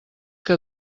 que